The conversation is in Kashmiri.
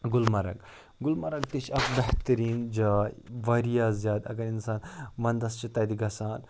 گُلمرٕگ گُلمرٕگ تہِ چھِ اَکھ بہتریٖن جاے واریاہ زیادٕ اَگر اِنسان ونٛدَس چھِ تَتہِ گژھان